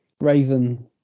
Raven